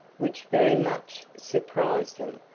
which very much surprised them,